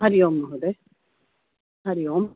हरि ओं महोदय हरि ओं